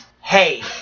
hey